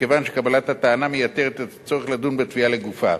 מכיוון שקבלת הטענה מייתרת את הצורך לדון בתביעה לגופה.